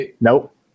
Nope